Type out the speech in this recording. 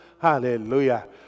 Hallelujah